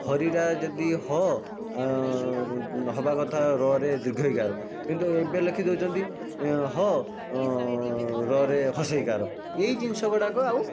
ହରିଟା ଯଦି ହ ହବା କଥା ରରେ ଦୃଘେଇ କାର କିନ୍ତୁ ଏବେ ଲେଖି ଦେଉଛନ୍ତି ହ ର ରେ ହର୍ଶେଇ କାର ଏଇ ଜିନିଷ ଗୁଡ଼ାକ ଆଉ